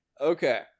Okay